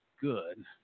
good